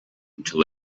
until